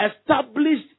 established